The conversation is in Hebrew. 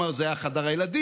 הוא אמר: זה חדר הילדים,